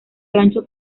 rancho